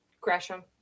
Gresham